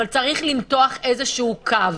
אבל צריך למתוח איזה קו.